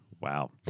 Wow